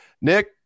Nick –